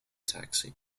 taxi